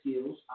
skills